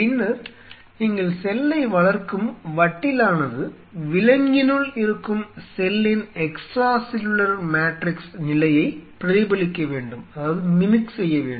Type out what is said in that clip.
பின்னர் நீங்கள் செல்லை வளர்க்கும் வட்டிலானது விலங்கினுள் இருக்கும் செல்லின் எக்ஸ்ட்ரா செல்லுலார் மாட்ரிக்ஸ் நிலையைப் பிரதிபலிக்க வேண்டும்